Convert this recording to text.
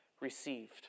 received